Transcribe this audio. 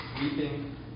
weeping